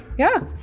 yeah.